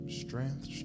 strength